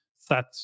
set